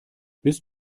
bist